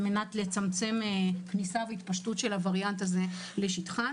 כדי לצמצם כניסה והתפשטות של הווריאנט הזה לשטחן?